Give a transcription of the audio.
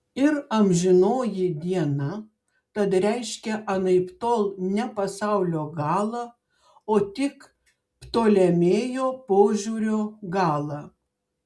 ir amžinoji diena tad reiškia anaiptol ne pasaulio galą o tik ptolemėjo požiūrio galą